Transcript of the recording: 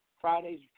Fridays